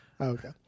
Okay